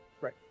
Right